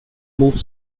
moved